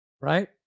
right